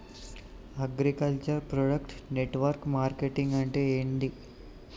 Agriculture product network marketing అంటే ఏంది?